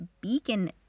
Beacon